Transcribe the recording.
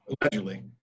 allegedly